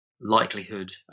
likelihood